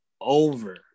over